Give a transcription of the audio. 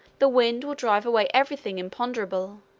the wind will drive away every thing imponderable,